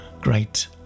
great